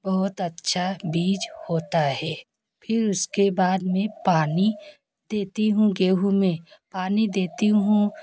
बहुत अच्छा बीज होता है फिर उसके बाद में पानी देती हूँ गेहूँ में पानी देती हूँ